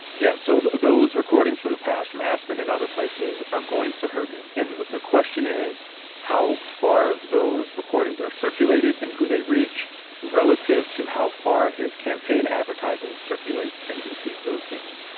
yeah, so those recordings from the past, from aspen and other places, are going to hurt him. and the question is how far those recordings are circulated and who they reach relative to how far his campaign advertising circulates and who sees those things.